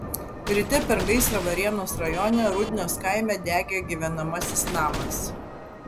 ryte per gaisrą varėnos rajone rudnios kaime degė gyvenamasis namas